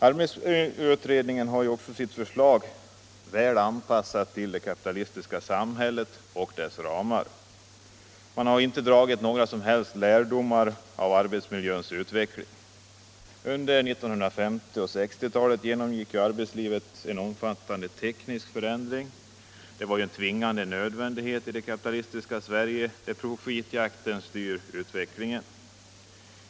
Arbetsmiljöutredningen har anpassat sitt förslag till det kapitalistiska samhället och dess ramar. Man har inte dragit några lärdomar av arbetsmiljöns utveckling. Under 1950 och 1960-talen genomgick arbetslivet en omfattande teknisk förändring. Detta var en tvingande nödvändighet i det kapitalistiska Sverige där profitjakten styr utvecklingen.